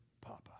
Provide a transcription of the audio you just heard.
Papa